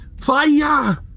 Fire